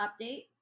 update